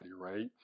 right